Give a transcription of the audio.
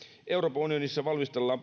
euroopan unionissa valmistellaan